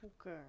Okay